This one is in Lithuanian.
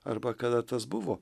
arba kada tas buvo